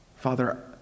Father